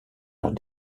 leurs